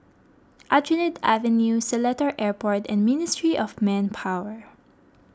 Aljunied Avenue Seletar Airport and Ministry of Manpower